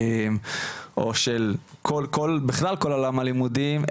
או של כל עולם הלימודים,